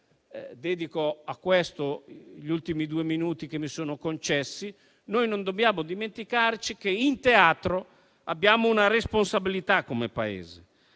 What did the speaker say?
dedico a questo gli ultimi due minuti che mi sono concessi - non dobbiamo dimenticarci che in quel teatro abbiamo una responsabilità come Paese.